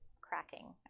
cracking